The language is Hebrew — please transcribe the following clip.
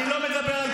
אתה רוצה שאני